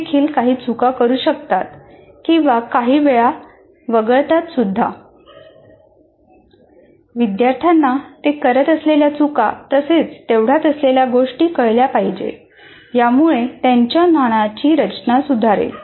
ते काही चुका करतील विद्यार्थ्यांना ते करत असलेल्या चुका तसेच तेवढ्यात असलेल्या गोष्टी कळल्या पाहिजेत यामुळे त्यांच्या ज्ञानाची रचना सुधारेल